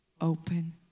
open